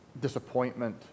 disappointment